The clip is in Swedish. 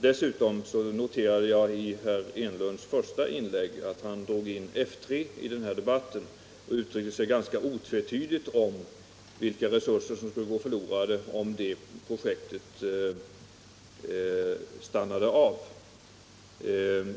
Dessutom noterade jag i herr Enlunds första inlägg att han drog in F 3 i denna debatt och uttryckte sig ganska otvetydigt om vilka resurser som skulle gå förlorade om det projektet stannade av.